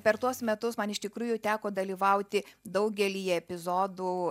per tuos metus man iš tikrųjų teko dalyvauti daugelyje epizodų